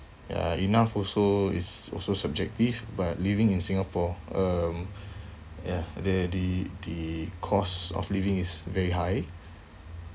ya enough also is also subjective but living in singapore um ya there the the cost of living is very high